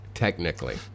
Technically